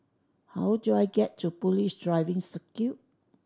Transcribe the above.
how do I get to Police Driving Circuit